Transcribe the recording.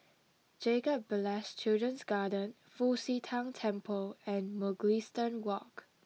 Jacob Ballas Children's Garden Fu Xi Tang Temple and Mugliston Walk